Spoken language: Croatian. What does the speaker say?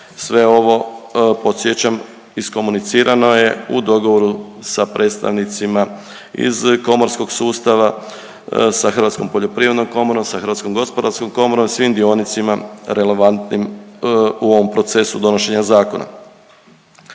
Sve ovo podsjećam iskomunicirano je u dogovoru sa predstavnicima iz komorskog sustava sa Hrvatskom poljoprivrednom komorom, sa Hrvatskom gospodarskom komorom i svim dionicima relevantnim u ovom procesu donošenja zakona.